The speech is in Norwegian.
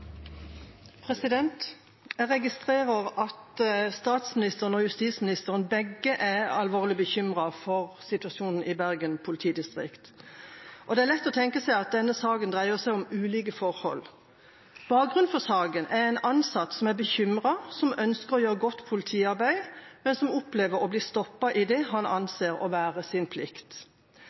oppfølgingsspørsmål. Jeg registrerer at både statsministeren og justisministeren er alvorlig bekymret for situasjonen i Bergen politidistrikt. Det er lett å tenke seg at denne saken dreier seg om ulike forhold. Bakgrunnen for saken er en ansatt som er bekymret, som ønsker å gjøre et godt politiarbeid, men som opplever å bli stoppet i det han anser som sin plikt.